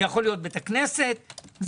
בית כנסת,